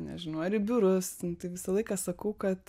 nežinau ar į biurus ten tai visą laiką sakau kad